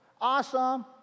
awesome